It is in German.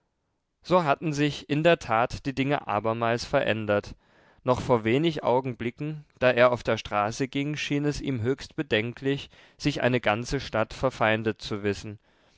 so hatten sich in der tat die dinge abermals verändert noch vor wenig augenblicken da er auf der straße ging schien es ihm höchst bedenklich sich eine ganze stadt verfeindet zu wissen